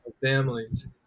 families